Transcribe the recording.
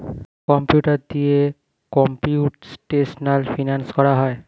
computer দিয়ে computational finance করা হয়